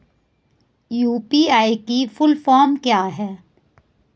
UPI की full form क्या है?